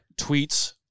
tweets